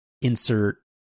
Insert